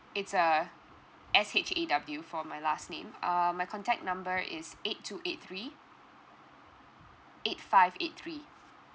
it's a S H A W for my last name um my contact number is eight two eight three eight five eight three